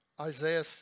Isaiah